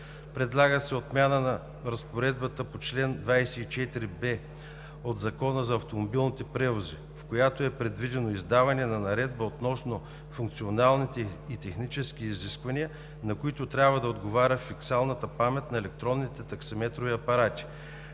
Предлага се отмяна на разпоредбата на чл. 24б от Закона за автомобилните превози, в която е предвидено издаване на наредба относно функционалните и техническите изисквания, на които трябва да отговаря фискалната памет на електронните таксиметрови апарати,